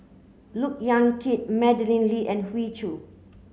Look Yan Kit Madeleine Lee and Hoey Choo